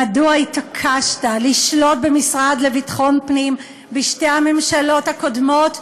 מדוע התעקשת לשלוט במשרד לביטחון פנים בשתי הממשלות הקודמות?